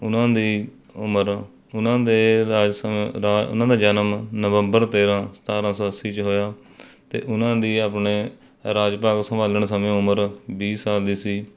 ਉਹਨਾਂ ਦੀ ਉਮਰ ਉਹਨਾਂ ਦੇ ਰਾਜ ਸ ਰਾ ਉਹਨਾਂ ਦਾ ਜਨਮ ਨਵੰਬਰ ਤੇਰ੍ਹਾਂ ਸਤਾਰ੍ਹਾਂ ਸੌ ਅੱਸੀ 'ਚ ਹੋਇਆ ਅਤੇ ਉਹਨਾਂ ਦੀ ਆਪਣੇ ਰਾਜ ਭਾਗ ਸੰਭਾਲਣ ਸਮੇਂ ਉਮਰ ਵੀਹ ਸਾਲ ਦੀ ਸੀ